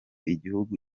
igihugu